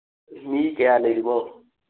ꯃꯤ ꯀꯌꯥ ꯂꯩꯔꯤꯝꯅꯣ